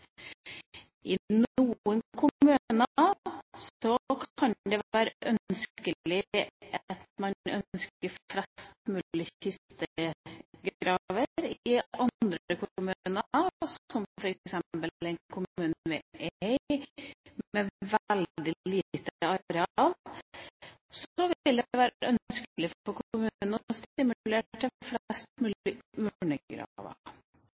I noen kommuner kan det være ønskelig å ha flest mulig kistegraver. I andre kommuner, som f.eks. den kommunen som vi er i, med veldig lite areal, vil det være ønskelig for kommunen å stimulere til flest mulig